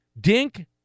Dink